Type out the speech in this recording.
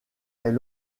est